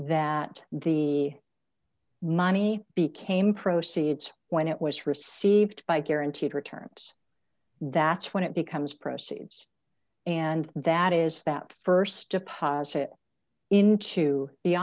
that the money became proceeds when it was received by guaranteed returns that's when it becomes proceeds and that is that st deposit into the